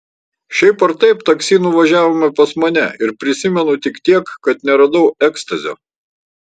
šiaip ar taip taksi nuvažiavome pas mane ir prisimenu tik tiek kad neradau ekstazio